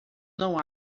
não